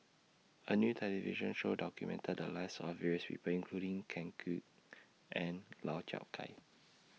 A New television Show documented The Lives of various People including Ken Kwek and Lau Chiap Khai